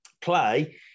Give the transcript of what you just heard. play